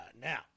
Now